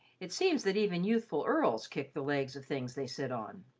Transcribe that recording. it seems that even youthful earls kick the legs of things they sit on,